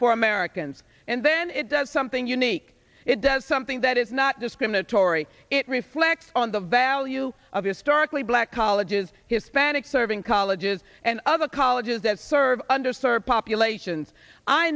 for americans and then it does something unique it does something that is not discriminatory it reflects on the value of historically black colleges hispanic serving colleges and other colleges that serve under sir populations i